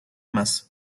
masa